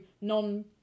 non